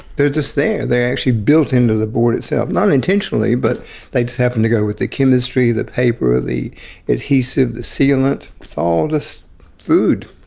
they're just there, they're actually built into the board itself, not intentionally but they just happen to go with the chemistry, the paper, the adhesive, the sealant, it's all just food.